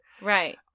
Right